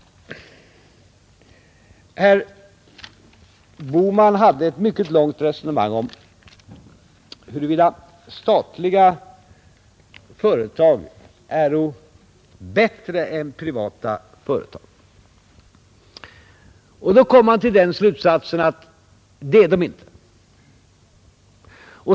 Herr Bohman förde ett mycket långt resonemang om huruvida statliga företag är bättre än privata företag och kom till slutsatsen att det är de inte.